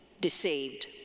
deceived